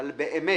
אבל באמת